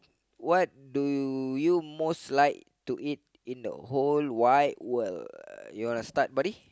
what do you you most like to eat in the whole wide world you want to start buddy